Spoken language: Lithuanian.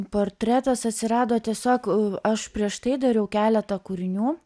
portretas atsirado tiesiog aš prieš tai dariau keletą kūrinių